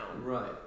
Right